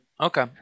Okay